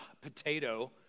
potato